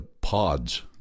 pods